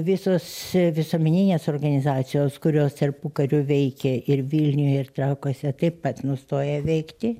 visos visuomeninės organizacijos kurios tarpukariu veikė ir vilniuje ir trakuose taip pat nustoja veikti